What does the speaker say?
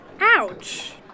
Ouch